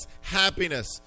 happiness